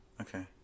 okay